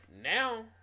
now